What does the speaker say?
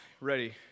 Ready